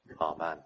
Amen